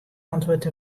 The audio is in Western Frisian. antwurd